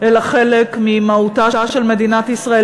אלא חלק ממהותה של מדינת ישראל,